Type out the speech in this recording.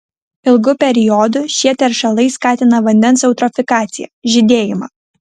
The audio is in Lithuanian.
ilgu periodu šie teršalai skatina vandens eutrofikaciją žydėjimą